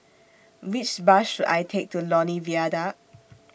Which Bus should I Take to Lornie Viaduct